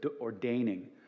ordaining